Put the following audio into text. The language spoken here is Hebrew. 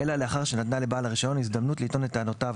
אלא לאחר שנתנה לבעל הרישיון הזדמנות לטעון את טענותיו